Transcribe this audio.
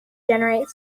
generate